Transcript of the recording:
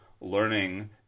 learning